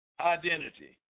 identity